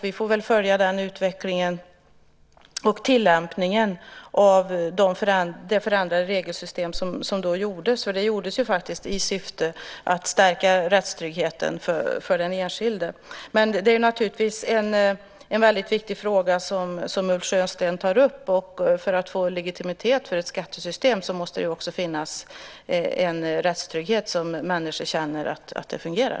Vi får väl följa utvecklingen och tillämpningen av det förändrade regelsystem som gjordes. Det gjordes i syfte att stärka rättstryggheten för den enskilde. Det är en väldigt viktig fråga som Ulf Sjösten tar upp. För att vi ska få legitimitet för ett skattesystem måste det också finnas en rättstrygghet så att människor känner att det fungerar.